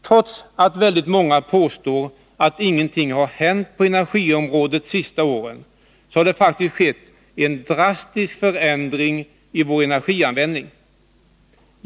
Trots att väldigt många påstår att ingenting har hänt på energiområdet de senaste åren, så har det faktiskt skett en drastisk förändring i vår energianvändning.